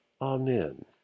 Amen